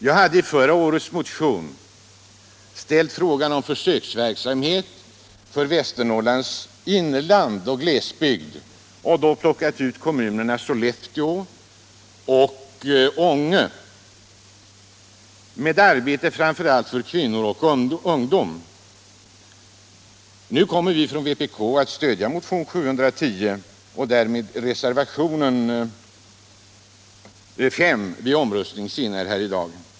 Jag hade i förra årets motion tagit upp frågan om försöksverksamhet för Västernorrlands inland och glesbygd och då plockat ut kommunerna Sollefteå och Ånge med krav på arbete åt framför allt kvinnor och ungdom. Nu kommer vi från vänsterpartiet kommunisterna att stödja motionen 410 och därmed reservationen 5 vid omröstningen senare i dag.